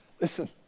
Listen